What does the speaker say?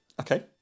Okay